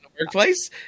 workplace